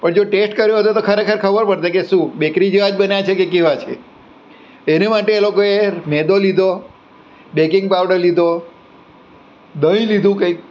પણ જો ટેસ્ટ કર્યો હોતે તો ખરેખર ખબર પડત કે શું બેકરી જેવા જ બન્યા છે કે કેવા છે એની માટે લોકોએ મેંદો લીધો બેકિંગ પાવડર લીધો દહીં લીધું કંઈક